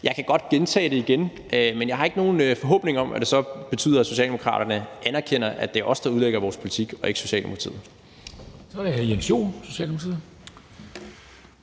Jeg kan godt gentage det, men jeg har ikke nogen forhåbning om, at det så betyder, at Socialdemokraterne anerkender, at det er os, der udlægger vores politik, og ikke Socialdemokratiet.